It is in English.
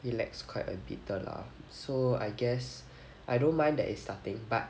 relax quite a bit lah so I guess I don't mind that it's starting but